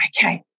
Okay